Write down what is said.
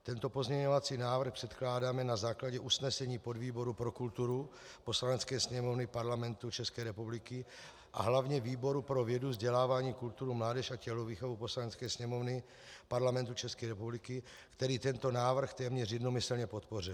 Tento pozměňovací návrh předkládáme na základě usnesení podvýboru pro kulturu Poslanecké sněmovny Parlamentu České republiky a hlavně výboru pro vědu, vzdělání, kulturu, mládež a tělovýchovu Poslanecké sněmovny Parlamentu České republiky, který tento návrh téměř jednomyslně podpořil.